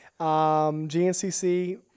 GNCC